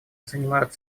занимают